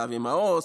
לאבי מעוז,